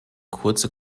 kurze